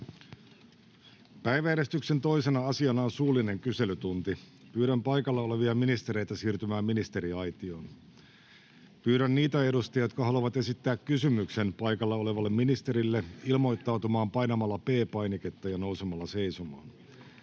Päiväjärjestyksen 2. asiana on suullinen kyselytunti. Pyydän paikalla olevia ministereitä siirtymään ministeriaitioon. Pyydän niitä edustajia, jotka haluavat esittää kysymyksen paikalla olevalle ministerille, ilmoittautumaan painamalla P-painiketta ja nousemalla seisomaan.